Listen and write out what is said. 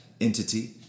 entity